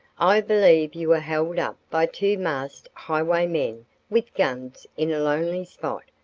i believe you were held up by two masked highwaymen with guns in a lonely spot,